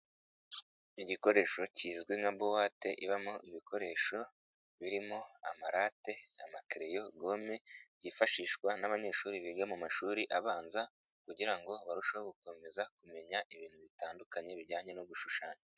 Igikoresho kizwi nka buwate ibamo ibikoresho birimo amarate n'amakereyo, gome, byifashishwa n'abanyeshuri biga mu mashuri abanza kugira ngo barusheho gukomeza kumenya ibintu bitandukanye bijyanye no gushushanya.